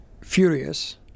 furious